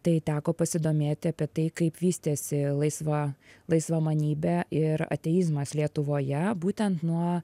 tai teko pasidomėti apie tai kaip vystėsi laisva laisvamanybė ir ateizmas lietuvoje būtent nuo